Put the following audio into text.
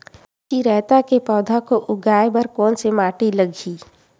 चिरैता के पौधा को उगाए बर कोन से माटी लगही?